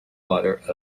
waste